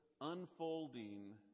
unfolding